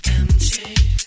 empty